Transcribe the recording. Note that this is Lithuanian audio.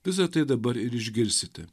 visa tai dabar ir išgirsite